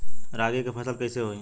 रागी के फसल कईसे होई?